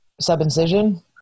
Sub-incision